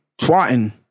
twatting